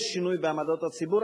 יש שינוי בעמדות הציבור.